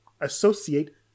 associate